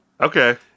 Okay